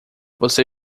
você